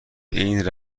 این